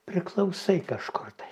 priklausai kažkur tai